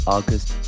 August